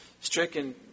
stricken